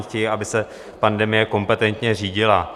Chtějí, aby se pandemie kompetentně řídila.